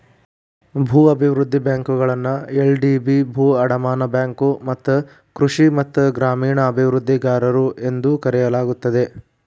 ಭೂ ಅಭಿವೃದ್ಧಿ ಬ್ಯಾಂಕುಗಳನ್ನ ಎಲ್.ಡಿ.ಬಿ ಭೂ ಅಡಮಾನ ಬ್ಯಾಂಕು ಮತ್ತ ಕೃಷಿ ಮತ್ತ ಗ್ರಾಮೇಣ ಅಭಿವೃದ್ಧಿಗಾರರು ಎಂದೂ ಕರೆಯಲಾಗುತ್ತದೆ